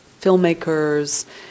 filmmakers